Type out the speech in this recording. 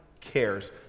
cares